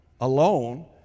alone